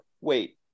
wait